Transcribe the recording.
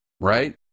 right